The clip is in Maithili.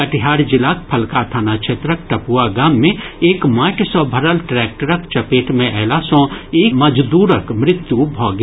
कटिहार जिलाक फलका थाना क्षेत्रक टपुआ गाम मे एक माटि सँ भरल ट्रैक्टरक चपेट मे अयला सँ एक मजदूरक मृत्यु भऽ गेल